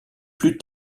plus